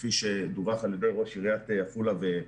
כפי שדווח על יד ראש עיריית עפולה וראש